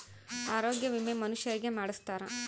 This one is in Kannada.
ಆರೊಗ್ಯ ವಿಮೆ ಮನುಷರಿಗೇ ಮಾಡ್ಸ್ತಾರ